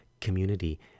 community